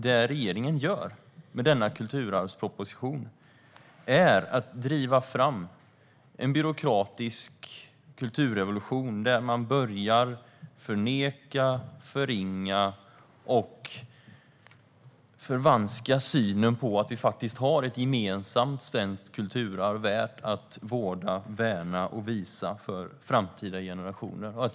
Det regeringen gör med denna kulturarvsproposition är att driva fram en byråkratisk kulturrevolution där man börjar förneka, förringa och förvanska synen på att vi har ett gemensamt svenskt kulturarv värt att vårda, värna och visa för framtida generationer.